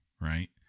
right